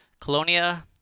Colonia